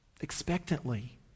Expectantly